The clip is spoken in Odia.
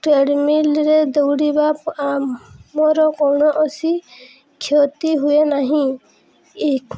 ଟ୍ରେଡ଼ମିଲ୍ରେ ଦୌଡ଼ିବା ଆମର କୌଣଣସି କ୍ଷତି ହୁଏ ନାହିଁ